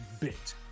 bit